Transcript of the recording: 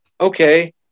okay